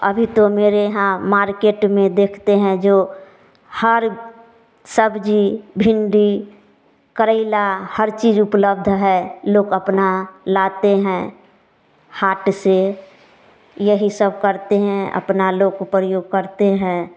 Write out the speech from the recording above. अभी तो मेरे यहाँ मार्केट में देखते हैं जो हर सब्जी भिंडी करेला हर चीज उपलब्ध है लोग अपना लाते हैं हाट से यही सब करते हैं अपना लोग प्रयोग करते हैं